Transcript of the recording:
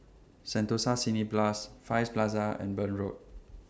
Sentosa Cineblast Far East Plaza and Burn Road